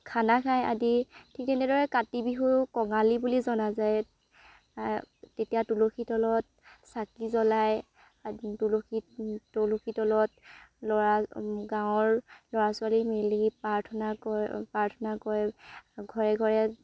খানা খায় আদি ঠিক তেনেদৰে কাতি বিহুক কঙালী বুলি জনা যায় তেতিয়া তুলসী তলত চাকি জ্বলায় তুলসীত তুলসীৰ তলত ল'ৰা গাঁৱৰ ল'ৰা ছোৱালী মিলি প্ৰাৰ্থনা কৰে প্ৰাৰ্থনা কৰে ঘৰে ঘৰে